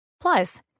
Plus